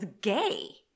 gay